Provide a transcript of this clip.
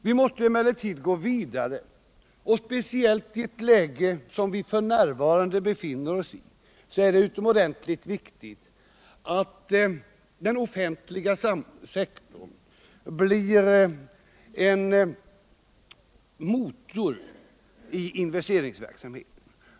Vi måste emellertid gå vidare, och speciellt i det läge som vi f.n. befinner oss i är det utomordentligt viktigt att den offentliga sektorn blir en motor i investeringsverksamheten.